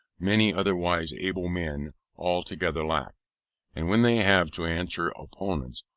many otherwise able men altogether lack and when they have to answer opponents,